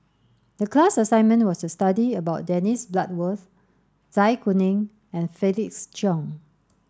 the class assignment was to study about Dennis Bloodworth Zai Kuning and Felix Cheong